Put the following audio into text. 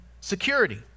security